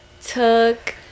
took